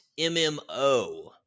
mmo